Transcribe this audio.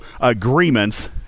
agreements